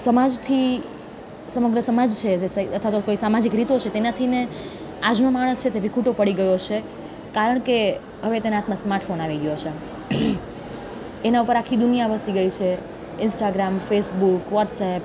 સમાજથી સમગ્ર સમાજ છે જે અથવા તો કોઈ સામાજિક રીતો છે તેનાથી ને આજનો માણસ છે તે વિખૂટો પડી ગયો છે કારણ કે હવે તેના હાથમાં સ્માર્ટફોન આવી ગયો છે એના ઉપર આખી દુનિયા વસી ગઈ છે ઇંસ્ટાગ્રામ ફેસબુક વ્હોટસેપ